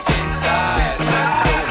inside